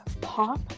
Pop